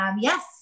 yes